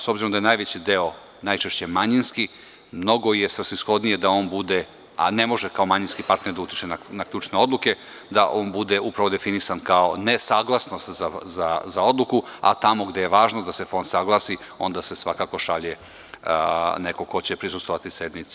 S obzirom da je najveći deo najčešće manjinski, mnogo je svrsishodnije da on bude, a ne može kao manjinski partner da utiče na ključne odluke, da on bude upravo definisan kao nesaglasnost za odluku, a tamo gde je važno da se fond saglasi, onda se svakako šalje neko ko će prisustvovati sednici.